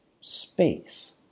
space